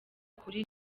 kuri